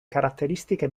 caratteristiche